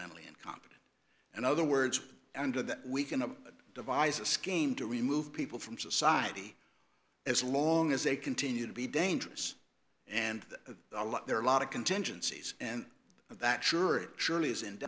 mentally incompetent and other words under that we can devise a scheme to remove people from society as long as they continue to be dangerous and a lot there are a lot of contingencies and that sure it surely isn't